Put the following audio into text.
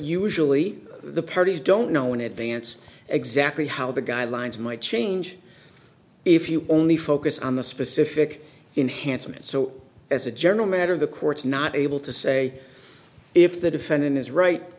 usually the parties don't know in advance exactly how the guidelines might change if you only focus on the specific in handsome and so as a general matter the courts not able to say if the defendant is right